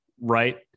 right